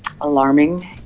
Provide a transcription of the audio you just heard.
alarming